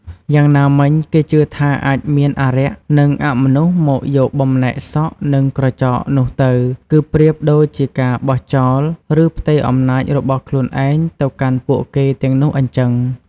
យ៉ាងណាមិញ គេជឿថាអាចមានអារក្ស និងអមនុស្សមកយកបំណែកសក់ និងក្រចកនោះទៅ គឺប្រៀបដូចជាការបោះចោល ឬផ្ទេរអំណាចរបស់ខ្លួនឯង ទៅកាន់ពួកគេទាំងនោះអញ្ចឹង។